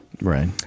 right